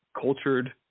cultured